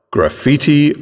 Graffiti